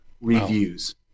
reviews